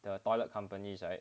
the toilet companies right